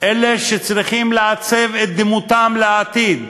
אלה שצריכים לעצב את דמותם לעתיד,